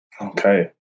Okay